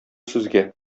сезгә